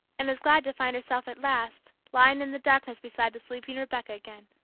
and was glad to find herself at last lying in the darkness beside the sleeping rebecca again.